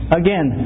again